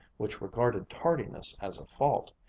which regarded tardiness as a fault,